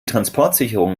transportsicherung